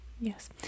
Yes